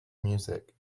music